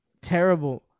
terrible